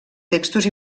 textos